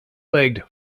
legged